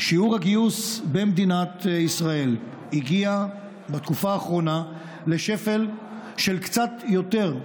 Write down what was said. שיעור הגיוס במדינת ישראל הגיע בתקופה האחרונה לשפל של קצת יותר,